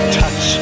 touch